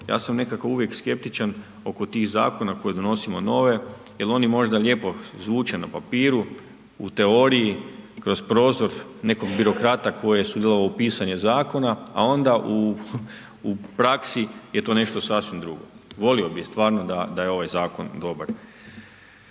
ja sam nekako uvijek skeptičan oko tih zakona koji donosimo nove jer oni možda lijepo zvuče na papiru, u teoriji, kroz prozor nekog birokrata koji je sudjelovao u pisanju zakona a onda u praksi je to nešto sasvim drugo, volio bi stvarno da je ovaj zakon dobar.